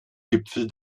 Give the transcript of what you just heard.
gipfel